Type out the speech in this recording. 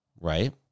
right